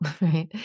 right